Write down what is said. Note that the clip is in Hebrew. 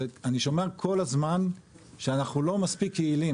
אני שומע כל הזמן שאנחנו לא מספיק יעילים,